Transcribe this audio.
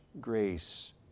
grace